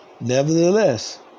Nevertheless